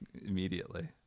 Immediately